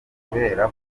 kubera